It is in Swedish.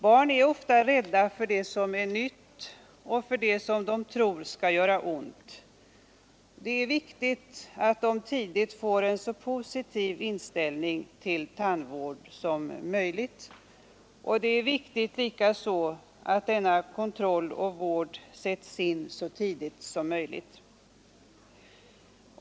Barn är ofta rädda för det som är nytt och det som de tror skall göra ont. Det är viktigt att de tidigt får en så positiv inställning till tandvård som möjligt, och det är likaså viktigt att denna kontroll och vård sätts in så tidigt som möjligt.